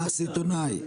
מהסיטונאי.